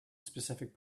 specific